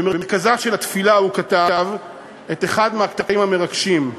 במרכזה של התפילה הוא כתב את אחד הקטעים המרגשים: